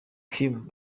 kim